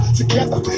together